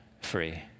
free